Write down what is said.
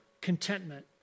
contentment